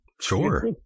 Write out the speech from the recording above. Sure